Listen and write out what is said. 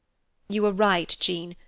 you are right, jean,